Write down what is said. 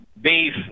beef